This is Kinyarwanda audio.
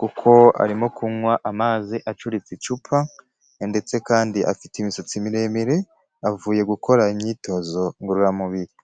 kuko arimo kunywa amazi acutse icupa ndetse kandi afite imisatsi miremire avuye gukora imyitozo ngororamubiri.